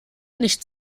nicht